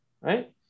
right